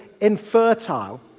infertile